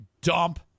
dump